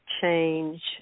change